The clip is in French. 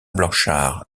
blanchard